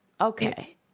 okay